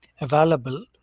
available